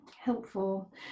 helpful